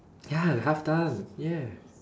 ya we're half done yeah